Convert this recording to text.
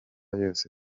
yose